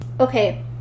Okay